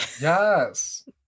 Yes